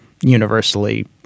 universally